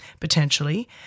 potentially